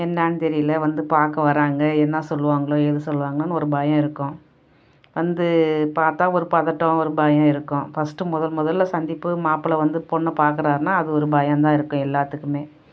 என்னெனு தெரியலை வந்து பார்க்க வராங்க என்ன சொல்லுவாங்களோ ஏது சொல்லுவாங்களோனு ஒரு பயம் இருக்கும் வந்து பார்த்தா ஒரு பதட்டம் ஒரு பயம் இருக்கும் ஃபஸ்ட்டு முதல் முதல்ல சந்திப்பு மாப்பிள்ள வந்து பொண்ணை பார்க்குறாருன்னா அது ஒரு பயம் தான் இருக்குது எல்லாத்துக்கும்